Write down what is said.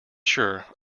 sure